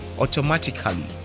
automatically